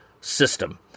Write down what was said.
system